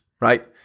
right